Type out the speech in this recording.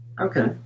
Okay